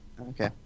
okay